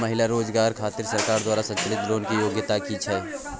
महिला रोजगार खातिर सरकार द्वारा संचालित लोन के योग्यता कि छै?